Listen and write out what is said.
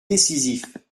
décisif